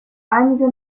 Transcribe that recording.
einige